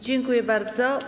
Dziękuję bardzo.